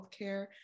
healthcare